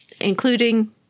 including